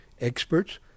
experts